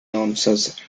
nonsense